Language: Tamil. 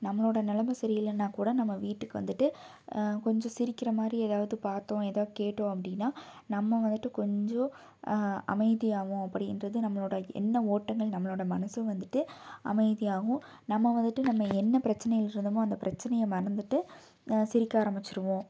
நம்மளோட நிலம சரி இல்லைன்னா கூட நம்ம வீட்டுக்கு வந்துவிட்டு கொஞ்சம் சிரிக்கிற மாதிரி எதாவது பார்த்தோம் எதாவது கேட்டோம் அப்படின்னா நம்ம வந்துவிட்டு கொஞ்சம் அமைதியாவோம் அப்படின்றது நம்மளோட எண்ண ஓட்டங்கள் நம்மளோட மனசும் வந்துவிட்டு அமைதியாகவும் நம்ம வந்துவிட்டு நம்ம என்ன பிரச்சனையில இருந்தமோ அந்த பிரச்சனையை மறந்துவிட்டு சிரிக்க ஆரமிச்சிருவோம்